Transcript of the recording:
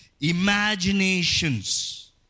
imaginations